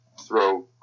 throw